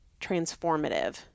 transformative